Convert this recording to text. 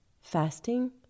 fasting